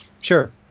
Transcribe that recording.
Sure